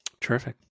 Terrific